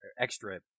Extra